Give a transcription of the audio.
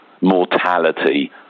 Mortality